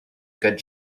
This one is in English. good